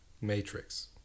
Matrix